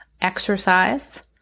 exercise